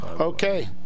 Okay